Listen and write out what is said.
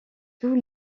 tous